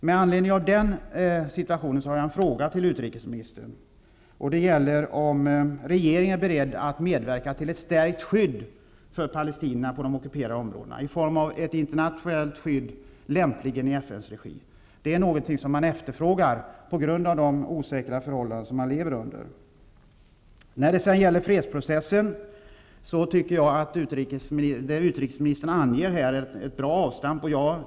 Med anledning av denna situation har jag en fråga till utrikesministern. Är regeringen beredd att medverka till en förstärkning av skyddet för palestinierna på de ockuperade områdena i form av ett internationellt skydd, lämpligen i FN:s regi? Det är något man efterfrågar på grund av de osäkra förhållanden man lever under. Jag tycker att det som utrikesministern anger när det gäller fredsprocessen är ett bra avstamp.